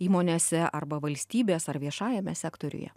įmonėse arba valstybės ar viešajame sektoriuje